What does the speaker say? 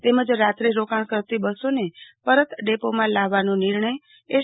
તેમ જ રાત્રીરોકાણ કરતી બસોને પરત ડેપોમાં લાવવાનો નિર્ણય એસ